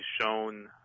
shown